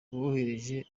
bohereje